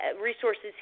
resources